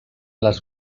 las